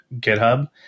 GitHub